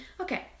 okay